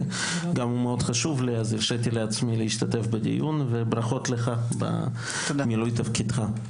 וחשוב לי אז הרשיתי לעצמי להשתתף בדיון וברכות לך על מילוי תפקידך.